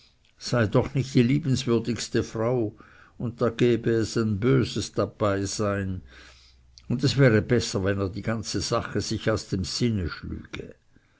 sei doch nicht die liebenswürdigste frau und da gebe es ein bös dabeisein und es wäre besser wenn er die ganze sache sich aus dem sinne schlüge